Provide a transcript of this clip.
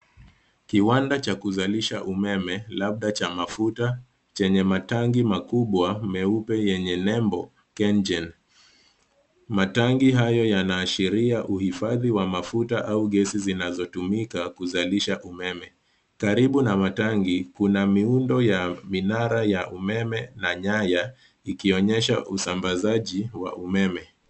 Kiwanda cha kuzalisha umeme labda cha mafuta chenye matangi makubwa meupe yenye nembo KenGen. Matangi hayo yanaashiria uhifadhi wa mafuta au gesi zinazotumika kuzalisha umeme. Karibu na matangi kuna miundo ya minara ya umeme na nyaya ikionyesha usambazaji wa umeme.